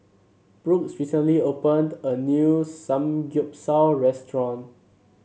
brooks recently opened a new Samgyeopsal restaurant